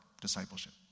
discipleship